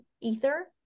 ether